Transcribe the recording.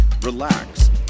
relax